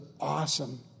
awesome